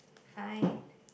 fine